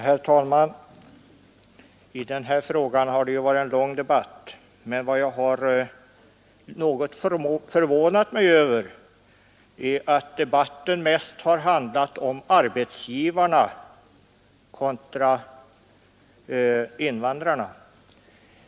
Herr talman! I denna fråga har det ju varit en lång debatt, men vad jag något förvånat mig över är att debatten mest har handlat om arbetsgivarna kontra invandrarna.